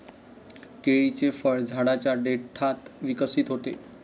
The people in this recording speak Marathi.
केळीचे फळ झाडाच्या देठात विकसित होते